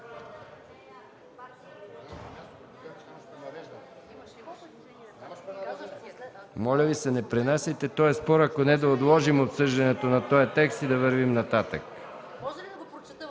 Моля Ви, не пренасяйте този спор. Ако не, да отложим обсъждането на този текст и да вървим нататък.